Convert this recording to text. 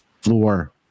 floor